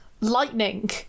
lightning